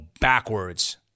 backwards